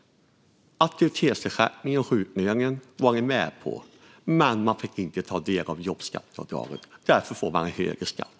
Aktivitetsersättningen och sjuklönen var ni med på, men de fick inte ta del av jobbskatteavdraget. Därför fick de högre skatt.